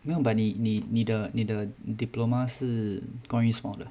没有 but 你你你的你的 diploma 是关于什么的